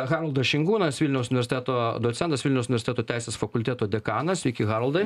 haroldas šinkūnas vilniaus universiteto docentas vilniaus universiteto teisės fakulteto dekanas sveiki haroldai